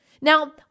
Now